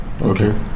Okay